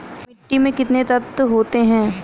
मिट्टी में कितने तत्व होते हैं?